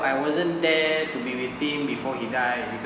I wasn't there to be with him before he died